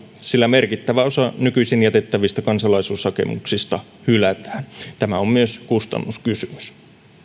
sillä merkittävä osa nykyisin jätettävistä kansalaisuushakemuksista hylätään tämä on myös kustannuskysymys